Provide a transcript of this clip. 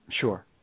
sure